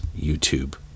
YouTube